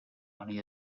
money